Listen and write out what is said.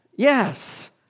Yes